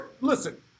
listen